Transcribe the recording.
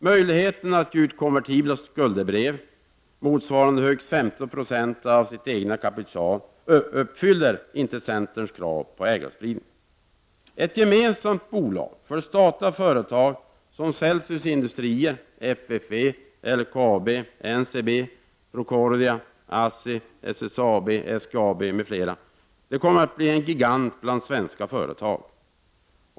Möjligheten att ge ut konvertibla skuldebrev motsvarande högst 15 96 av det egna kapitalet uppfyller inte centerns krav på ägarspridning. Ett gemensamt bolag för stora statliga företag som Celsius Industrier, FFV, LKAB, Ncb, Procordia, ASSI, SSAB, SGAB m.fl. kommer att bli en gigant bland svenska företag.